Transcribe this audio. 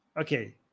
Okay